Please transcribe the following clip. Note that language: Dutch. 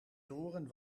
toren